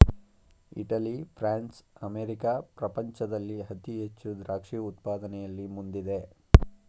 Italy, France, America ಪ್ರಪಂಚದಲ್ಲಿ ಅತಿ ಹೆಚ್ಚು ದ್ರಾಕ್ಷಿ ಉತ್ಪಾದನೆಯಲ್ಲಿ ಮುಂದಿದೆ